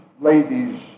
ladies